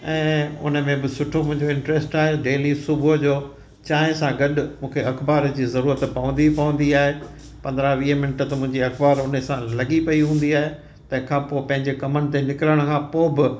ऐं उनमें बि सुठो मुंहिंजो इंट्रेस्ट आहे डेली सुबुह जो चांहि सां गॾु मूंखे अख़बार जी ज़रूरत पवंदी पवंदी आहे पंदरहां वीह मिंट त मुंहिंजी अख़बार उनसां लॻी पई हूंदी आहे तंहिंखां पोइ पंहिंजनि कमनि ते निकिरण खां पोइ बि